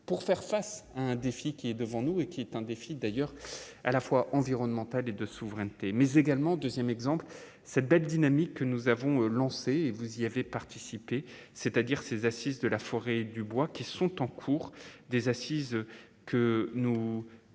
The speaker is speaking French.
pour faire face à un défi qui est devant nous et qui est un déficit d'ailleurs à la fois environnemental et de souveraineté mais également 2ème Exemple cette belle dynamique que nous avons lancé et vous y avez participé, c'est-à-dire ces assises de la forêt du bois qui sont en cours, des assises que nous